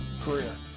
career